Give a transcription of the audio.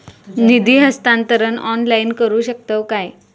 निधी हस्तांतरण ऑनलाइन करू शकतव काय?